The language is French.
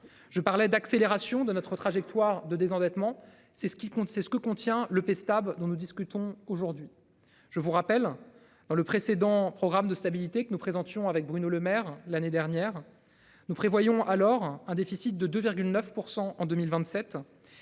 Je parlais d'accélération de notre trajectoire de désendettement, c'est ce qui compte c'est ce que contient le P. stable dont nous discutons aujourd'hui. Je vous rappelle dans le précédent programme de stabilité que nous présentions avec Bruno Lemaire l'année dernière. Nous prévoyons alors un déficit de 2,9% en 2027.